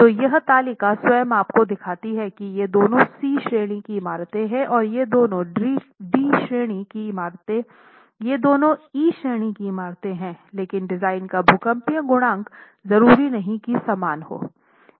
तो यह तालिका स्वयं आपको दिखाती है कि ये दोनों सी श्रेणी की इमारतें हैं और ये दोनों डी श्रेणी की इमारतें ये दोनों ई श्रेणी की इमारतें हैं लेकिन डिजाइन का भूकंपीय गुणांक जरूरी नहीं कि समान हो